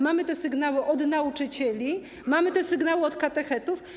Mamy takie sygnały od nauczycieli, mamy sygnały od katechetów.